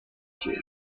chiesa